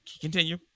Continue